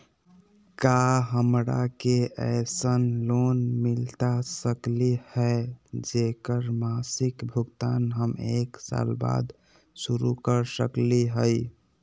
का हमरा के ऐसन लोन मिलता सकली है, जेकर मासिक भुगतान हम एक साल बाद शुरू कर सकली हई?